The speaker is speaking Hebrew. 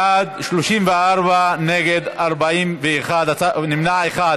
בעד, 34, נגד, 41, נמנע אחד.